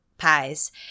Pies